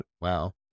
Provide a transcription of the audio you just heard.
wow